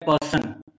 person